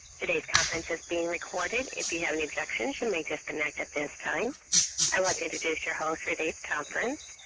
todayis conference is being recorded. if you have any objections you may disconnect at this time. i would like to introduce your host for todayis conference,